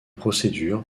procédures